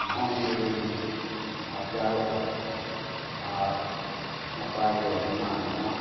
ᱫᱷᱚᱱ ᱫᱩᱨᱤᱵᱤᱧ ᱟᱨᱪᱟᱣᱮᱫᱟ ᱟᱨ ᱱᱟᱯᱟᱭᱜᱮ ᱡᱚᱢᱟᱜ ᱧᱩᱣᱟᱜ